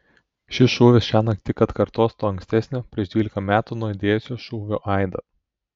šis šūvis šiąnakt tik atkartos to ankstesnio prieš dvylika metų nuaidėjusio šūvio aidą